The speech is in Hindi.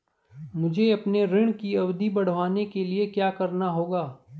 मुझे अपने ऋण की अवधि बढ़वाने के लिए क्या करना होगा?